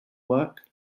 work